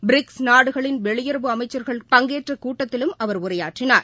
BRICS நாடுகளின் வெளியுறவு அமைச்சா்கள் பங்கேற்றக் கூட்டத்திலும் அவர் உரையாற்றினார்